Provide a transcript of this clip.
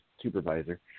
supervisor